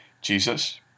Jesus